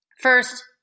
first